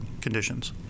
conditions